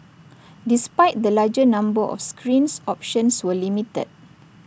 despite the larger number of screens options were limited